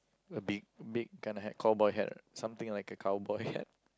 a big big kind of hat cowboy hat or something like a cowboy hat